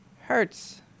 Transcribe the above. Hurts